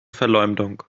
verleumdung